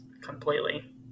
completely